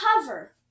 cover